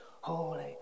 Holy